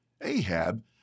Ahab